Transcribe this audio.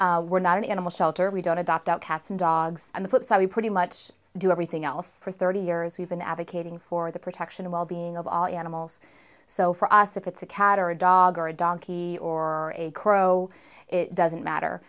we're not an animal shelter we don't adopt out cats and dogs on the flipside we pretty much do everything else for thirty years we've been advocating for the protection wellbeing of all animals so for us if it's a cat or a dog or a donkey or a crow it doesn't